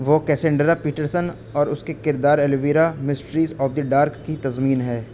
وہ Cassandra Peterson اور اس کے کردار Elvira Mistress of the Dark کی تضمین ہے